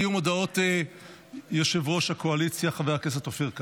בעד, ארבעה, אין נגד, אין נמנעים.